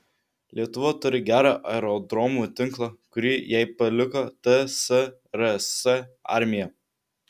lietuva turi gerą aerodromų tinklą kurį jai paliko tsrs armija